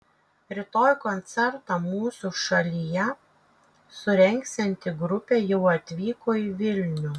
rytoj koncertą mūsų šalyje surengsianti grupė jau atvyko į vilnių